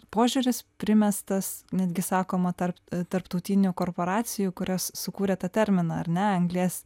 požiūris primestas netgi sakoma tarp tarptautinių korporacijų kurios sukūrė tą terminą ar ne anglies